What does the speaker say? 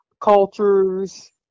cultures